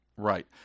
Right